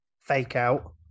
fake-out